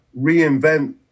reinvent